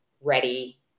ready